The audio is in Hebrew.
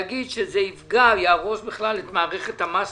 להגיד שזה יפגע ויהרוס את מערכת המס.